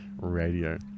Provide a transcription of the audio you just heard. radio